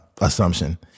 assumption